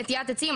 נטיעת עצים,